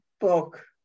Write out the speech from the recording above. book